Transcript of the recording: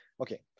Okay